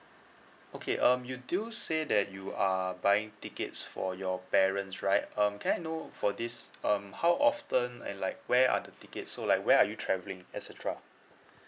okay um you do you say that you are buying tickets for your parents right um can I know for this um how often I like where are the tickets so like where are you travelling et cetera